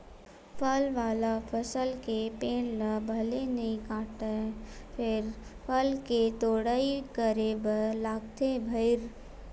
फर वाला फसल के पेड़ ल भले नइ काटय फेर फल के तोड़ाई करे बर लागथे भईर